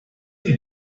ein